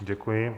Děkuji.